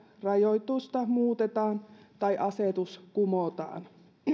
rajoitusta muutetaan tai asetus kumotaan